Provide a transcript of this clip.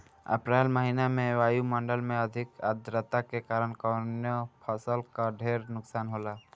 अप्रैल महिना में वायु मंडल में अधिक आद्रता के कारण कवने फसल क ढेर नुकसान होला?